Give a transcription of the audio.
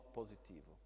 positivo